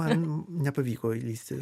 man nepavyko įlįsti